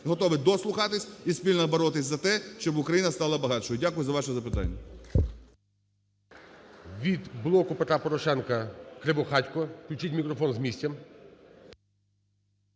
готові дослухатись і спільно боротись за те, щоб Україна стала багатшою. Дякую за ваше запитання.